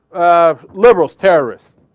um liberals terrorist